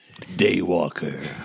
Daywalker